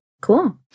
Cool